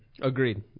Agreed